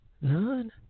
None